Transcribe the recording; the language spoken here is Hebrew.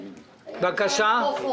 אני מחטיבת הנכסים בחשב